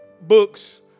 books